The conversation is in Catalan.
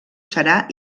serà